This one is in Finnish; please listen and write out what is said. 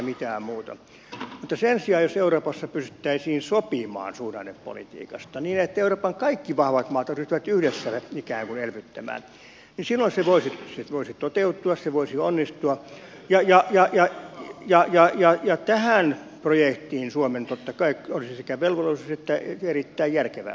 mutta sen sijaan jos euroopassa pystyttäisiin sopimaan suhdannepolitiikasta niin että euroopan kaikki vahvat maat ryhtyvät yhdessä ikään kuin elvyttämään silloin se voisi toteutua se voisi onnistua ja tähän projektiin suomen totta kai olisi sekä velvollisuus että erittäin järkevää osallistua